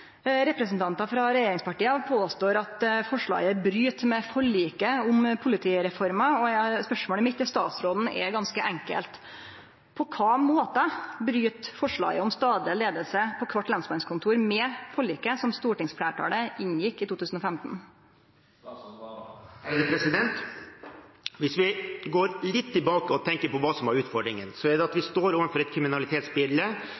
Representantar frå regjeringspartia påstår at forslaget bryt med forliket om politireforma. Spørsmålet mitt til statsråden er ganske enkelt: På kva måte bryt forslaget om stadleg leiing på kvart lensmannskontor med forliket som stortingsfleirtalet inngjekk i 2015? Hvis vi går litt tilbake og tenker på hva som var utfordringen, er det at